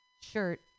shirt